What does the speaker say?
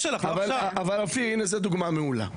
אופיר, זו דוגמה מעולה.